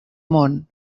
món